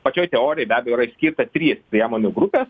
pačioj teorijoj be abejo yra išskirtos trys priemonių grupės